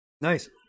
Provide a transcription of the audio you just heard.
nice